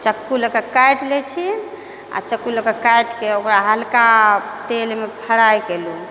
चक्कू लऽ कऽ काटि लै छी आओर चक्कू लऽ कऽ काटिके ओकरा हल्का तेलमे फ्राइ केलहुँ